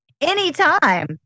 Anytime